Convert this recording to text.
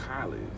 college